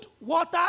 water